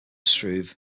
struve